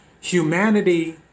Humanity